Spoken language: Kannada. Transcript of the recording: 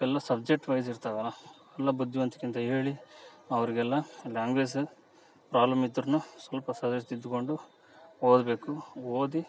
ಎಲ್ಲ ಸಬ್ಜೆಕ್ಟ್ ವೈಸ್ ಇರ್ತವಲ್ಲ ಎಲ್ಲ ಬುದ್ದಿವಂತಿಕೆಯಿಂದ ಹೇಳಿ ಅವ್ರಿಗೆಲ್ಲ ಲ್ಯಾಂಗ್ವೇಜ್ ಪ್ರಾಬ್ಲಮ್ ಇದ್ರೂ ಸ್ವಲ್ಪ ಸರಿಯಾಗ್ ತಿದ್ಕೊಂಡು ಓದಬೇಕು ಓದಿ